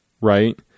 right